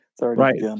Right